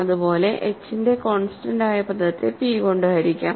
അതുപോലെ h ന്റെ constant ആയ പദത്തെ p കൊണ്ട് ഹരിക്കാം